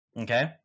Okay